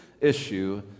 issue